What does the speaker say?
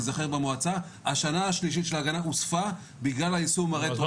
תיזכר במועצה השנה השלישית של ההגנה הוספה בגלל היישום הרטרואקטיבי.